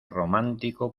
romántico